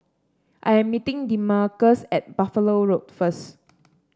I'm meeting Demarcus at Buffalo Road first